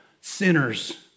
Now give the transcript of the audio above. sinners